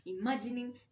imagining